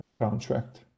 contract